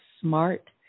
smart